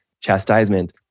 chastisement